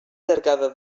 llargada